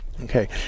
Okay